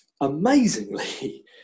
amazingly